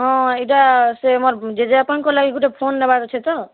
ହଁ ଇ'ଟା ସେ ମୋର୍ ଜେଜେବାପାଙ୍କର୍ ଲାଗି ଗୁଟେ ଫୋନ୍ ନେବାର୍ ଅଛେ ତ